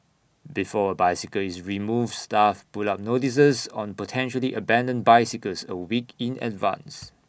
before A bicycle is removed staff put up notices on potentially abandoned bicycles A week in advance